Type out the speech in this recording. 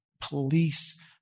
police